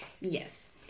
Yes